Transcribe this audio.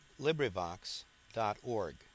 LibriVox.org